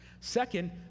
Second